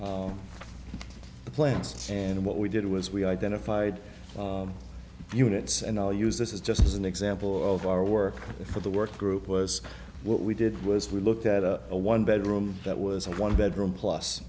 the plans and what we did was we identified units and i'll use this is just as an example of our work for the work group was what we did was we looked at a a one bedroom that was a one bedroom plus